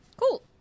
Cool